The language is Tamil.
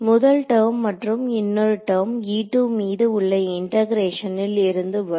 முதல் டெர்ம் மற்றும் இன்னொரு டெர்ம் மீது உள்ள இண்டெகரேஷனில் இருந்து வரும்